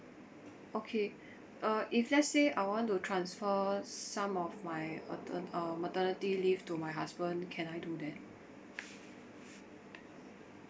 okay uh if let's say I want to transfer some of my mater~ uh maternity leave to my husband can I do that